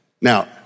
Now